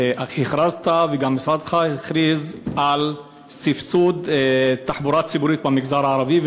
הכרזת וגם משרדך הכריז על סבסוד תחבורה ציבורית במגזר הערבי,